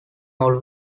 all